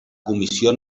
comissió